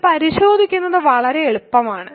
ഇത് പരിശോധിക്കുന്നത് വളരെ എളുപ്പമാണ്